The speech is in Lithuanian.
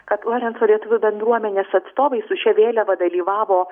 kad lorenco lietuvių bendruomenės atstovai su šia vėliava dalyvavo